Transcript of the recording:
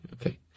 okay